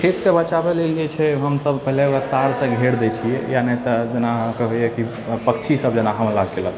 खेतके बचाबै लेल जे छै हमसब पहिले ओकरा तारसँ घेरि दै छिए या नहि तऽ जेना अहाँके होइ अइ पक्षीसब जेना हमला केलक